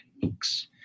techniques